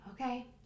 Okay